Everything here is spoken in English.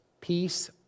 peace